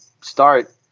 start